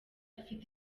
ifite